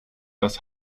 das